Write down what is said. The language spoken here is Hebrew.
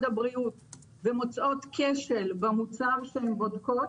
הבריאות ומוצאות כשל במוצר שהן בודקות,